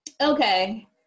Okay